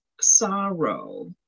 sorrow